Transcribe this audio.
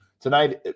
Tonight